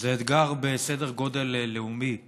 זה אתגר בסדר גודל לאומי קטסטרופלי.